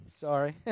Sorry